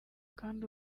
kandi